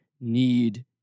need